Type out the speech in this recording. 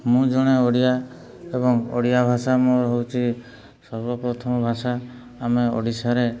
ମୁଁ ଜଣେ ଓଡ଼ିଆ ଏବଂ ଓଡ଼ିଆ ଭାଷା ମୋର ହେଉଛି ସର୍ବପ୍ରଥମ ଭାଷା ଆମେ ଓଡ଼ିଶାରେ